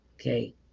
Okay